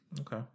Okay